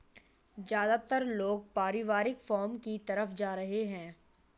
ज्यादातर लोग पारिवारिक फॉर्म की तरफ जा रहै है